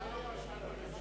שזה לא באשמת הממשלה.